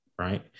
right